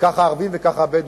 וכך הערבים, וכך הבדואים.